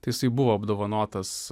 tai jisai buvo apdovanotas